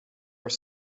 are